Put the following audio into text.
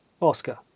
Oscar